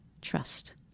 trust